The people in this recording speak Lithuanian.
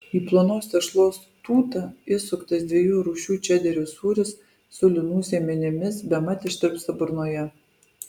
į plonos tešlos tūtą įsuktas dviejų rūšių čederio sūris su linų sėmenimis bemat ištirpsta burnoje